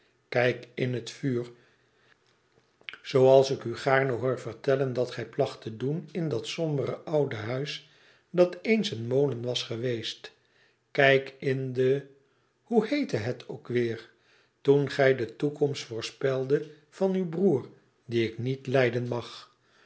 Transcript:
rijk in het vuur zooals ik u gaarne hoor vertellen dat gij placht te doen in dat sombere oude huis dat eens een molen was geweest kijk in de hoe heette het ook weer toen gij de toekomst voorspeldet van uw broer dien ik niet lijden mag